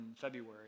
February